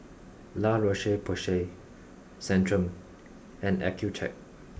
La Roche Porsay Centrum and Accucheck